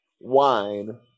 wine